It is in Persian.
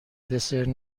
دسر